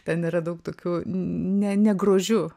ten yra daug tokių ne ne grožiu